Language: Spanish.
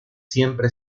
siempre